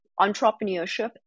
entrepreneurship